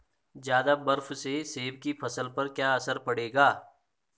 ज़्यादा बर्फ से सेब की फसल पर क्या असर पड़ेगा?